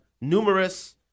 numerous